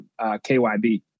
KYB